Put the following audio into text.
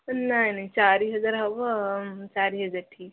ନାଇ ନାଇ ଚାରି ହଜାର ହେବ ଚାରି ହଜାର ଠିକ୍